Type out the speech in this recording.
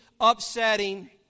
upsetting